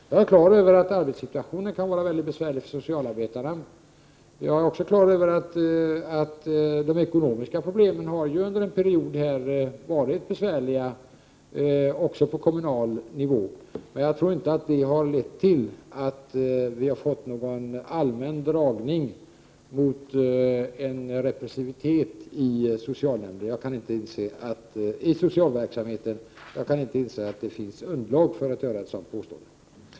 Jag har klart för mig att arbetssituationen kan vara mycket besvärlig för socialarbetarna. Jag är också på det klara med att de ekonomiska problemen under en period har varit besvärliga även på kommunal nivå. Men jag tror inte att det har lett till att vi har fått någon allmän dragning mot en repressivitet i den sociala verksamheten. Jag kan inte inse att det finns underlag för ett sådant påstående.